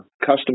custom